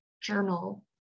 journal